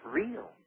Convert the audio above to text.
real